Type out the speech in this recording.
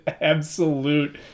absolute